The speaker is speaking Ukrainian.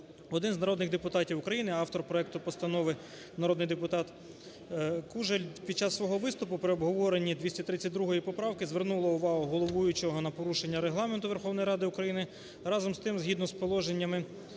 один із народних депутатів України, автор проекту постанови, народний депутат Кужель під час свого виступу при обговоренні 232 поправки звернула увагу головуючого на порушення Регламенту Верховної Ради України. Разом з тим згідно з положеннями